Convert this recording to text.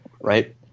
right